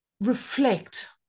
reflect